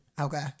Okay